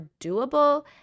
doable